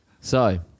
So-